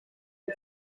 een